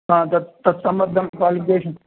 हा तत् तत्सम्बद्धं क्वालिफिकेशन्